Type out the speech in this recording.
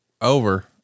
over